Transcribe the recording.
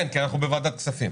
כי אנחנו בוועדת כספים.